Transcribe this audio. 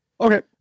Okay